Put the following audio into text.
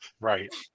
right